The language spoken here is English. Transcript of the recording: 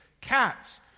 cats